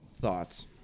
Thoughts